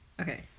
okay